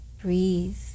breathe